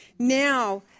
Now